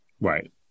Right